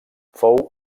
fou